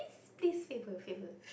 please favor favor